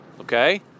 Okay